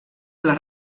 les